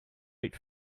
eat